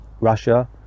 russia